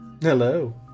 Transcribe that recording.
Hello